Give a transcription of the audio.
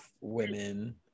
women